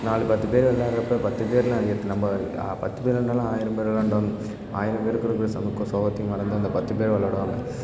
நாலு பத்துப் பேர் விள்ளாட்றப்ப பத்துப் பேர்னால் நம்ப பத்துப் பேர் விள்ளாண்டாலும் ஆயிரம் பேர் விள்ளாண்டாலும் ஆயிரம் பேருக்கு இருக்கிற சம சோகத்தையும் மறந்து அந்த பத்துப் பேர் விள்ளாடுவாங்க